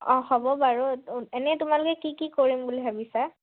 অঁ হ'ব বাৰু এনেই তোমালোকে কি কি কৰিম বুলি ভাবিছা